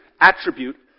attribute